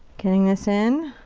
getting this in.